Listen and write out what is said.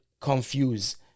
Confuse